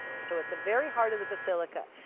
so, at the very heart of the basilica,